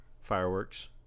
fireworks